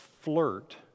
flirt